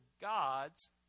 God's